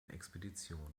expedition